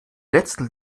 letzten